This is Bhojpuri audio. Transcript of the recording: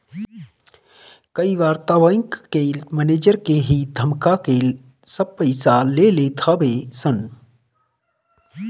कई बार तअ बैंक के मनेजर के ही धमका के सब पईसा ले लेत हवे सन